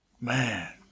Man